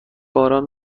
باران